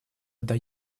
дает